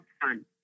fun